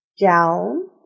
down